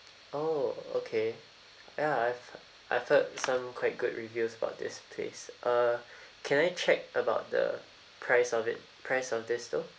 oh okay ya I've I've heard some quite good reviews about this place uh can I check about the price of it price of this though